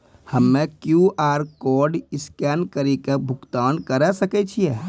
हम्मय QR code scan कड़ी के भुगतान करें सकय छियै?